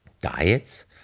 diets